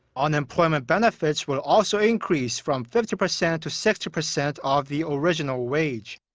unemployment benefits will also increase from fifty percent to sixty percent of the originial wage.